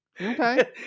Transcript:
Okay